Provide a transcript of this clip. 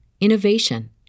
innovation